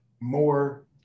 more